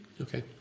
Okay